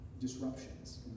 disruptions